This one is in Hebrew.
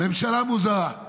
ממשלה מוזרה: